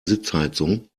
sitzheizung